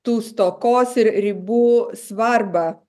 tų stokos ir ribų svarbą